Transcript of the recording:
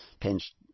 pinched